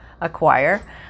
acquire